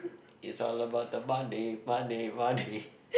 it's all about the money money money